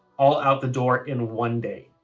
all out the door in one day,